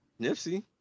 Nipsey